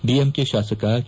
DMK ಶಾಸಕ K